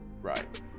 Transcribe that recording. right